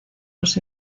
los